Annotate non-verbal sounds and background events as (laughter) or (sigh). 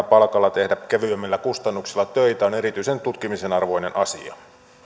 (unintelligible) palkalla tehdä kevyemmillä kustannuksilla töitä on erityisen tutkimisen arvoinen asia